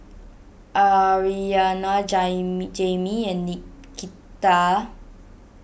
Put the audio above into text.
Arianna Jamie and Nikita